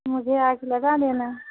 मुझे आकर लगा देना